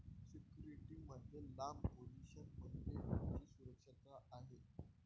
security मध्ये लांब position म्हणजे तुमची सुरक्षितता आहे